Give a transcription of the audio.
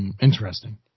Interesting